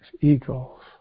eagles